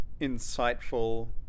insightful